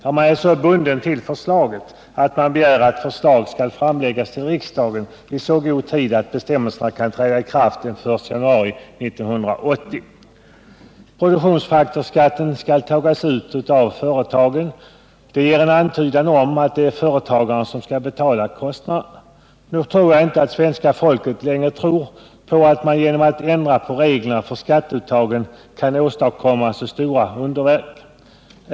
Ja, man är så bunden av sin tanke att man begär att förslag skall framläggas till riksdagen i så god tid att bestämmelserna kan träda i kraft den 1 januari 1980. Produktionsfaktorsskatten skall tas ut av företagen, och det ger en antydan om att det är företagaren som skall betala kostnaderna. Jag undrar emellertid om svenska folket längre tror på att man genom att ändra reglerna för skatteuttagen kan åstadkomma några stora underverk.